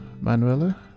Manuela